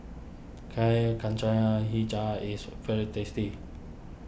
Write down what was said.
Kuih Kacang HiJau is very tasty